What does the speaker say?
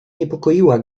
niepokoiła